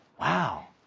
Wow